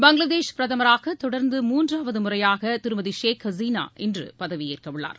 பங்ளாதேஷ் பிரதமராக தொடர்ந்து மூன்றாவது முறையாக திருமதி ஷேக் ஹசீனா இன்று பதவியேற்கவுள்ளார்